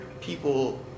people